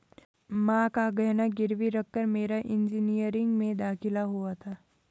मां का गहना गिरवी रखकर मेरा इंजीनियरिंग में दाखिला हुआ था